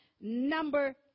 number